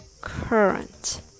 current